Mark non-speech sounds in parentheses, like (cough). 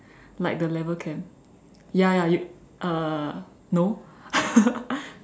like the level camp ya ya you uh no (laughs)